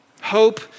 Hope